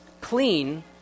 clean